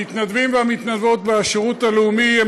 המתנדבים והמתנדבות בשירות הלאומי הם